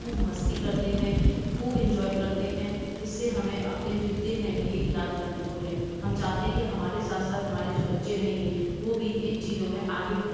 ख़ूब मस्ती करते हैं ख़ूब इन्जॉय करते हैं जिससे हमें अपने जो दिन हैं ये याद करने को मिले हम चाहते हैं कि हमारे साथ साथ हमारे जो बच्चे रहेंगे वो भी इन चीज़ों में आगे बढ़ें